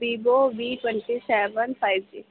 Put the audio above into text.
Vivo V twenty seven five G